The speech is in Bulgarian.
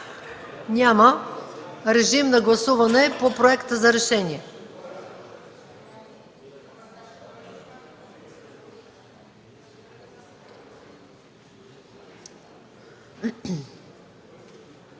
Няма. Режим на гласуване по Проекта за решение.